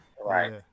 right